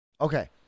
Okay